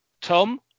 Tom